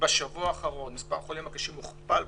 ובשבוע האחרון מספר החולים הקשים הוכפל.